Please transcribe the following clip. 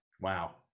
wow